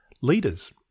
leaders